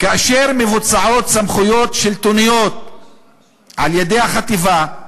"כאשר מבוצעות סמכויות שלטוניות על-ידי החטיבה,